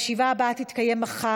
יישר כוח.